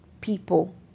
people